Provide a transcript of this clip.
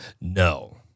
no